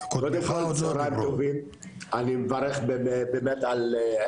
אבל אני מברך שכולם יש להם אזורי